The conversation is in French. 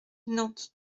nantes